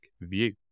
view